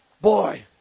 Boy